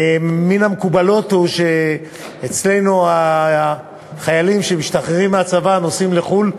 מן המקובלות הוא שאצלנו החיילים שמשתחררים מהצבא נוסעים לחו"ל.